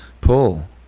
pull